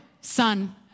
son